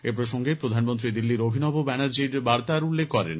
এই প্রসঙ্গে প্রধানমন্ত্রী দিল্লীর অভিনব ব্যানার্জির বার্তার উল্লেখ করেন